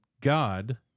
God